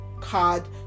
card